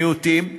מיעוטים,